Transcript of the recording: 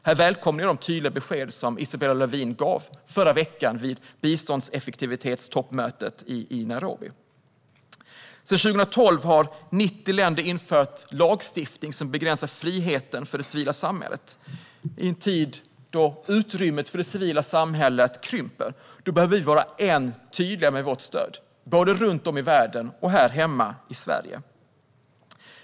Här välkomnar jag de tydliga besked som Isabella Lövin gav förra veckan vid biståndseffektivitetstoppmötet i Nairobi. Sedan 2012 har 90 länder infört lagstiftning som begränsar friheten för det civila samhället. I en tid då utrymmet för det civila samhället krymper behöver vi vara än tydligare med vårt stöd, både runt om i världen och här hemma i Sverige.